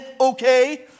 okay